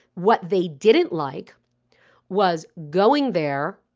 what they didn't like was going there,